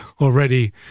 already